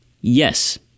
yes